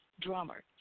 drummer